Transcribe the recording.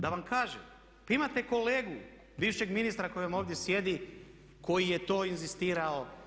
Da vam kažem, pa imate kolegu bivšeg ministra koji vam ovdje sjedi, koji je to inzistirao.